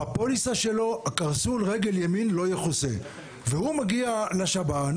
בפוליסה שלו קרסול רגל ימין לא יכוסה והוא מגיע לשב"ן,